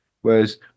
Whereas